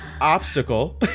Obstacle